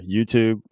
YouTube